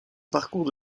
parcours